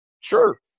Sure